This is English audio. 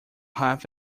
half